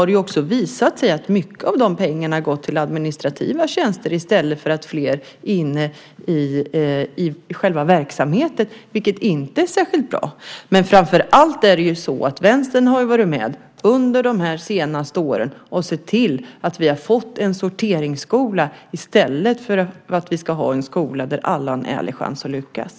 Det har visat sig att mycket av de pengarna har gått till administrativa tjänster i stället för till fler inne i verksamheten. Det är inte särskilt bra. Vänstern har varit med under de senaste åren och sett till att vi har fått en sorteringsskola i stället för en skola där alla har en ärlig chans att lyckas.